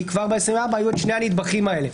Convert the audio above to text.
כי כבר אז היו שני הנדבכים האלה: